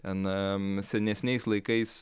na senesniais laikais